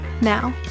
Now